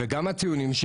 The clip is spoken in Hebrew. ציונים.